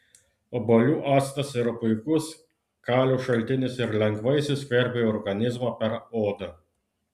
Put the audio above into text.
obuolių actas yra puikus kalio šaltinis ir lengvai įsiskverbia į organizmą per odą